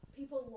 people